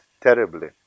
terribly